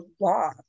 law